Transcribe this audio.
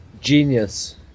Genius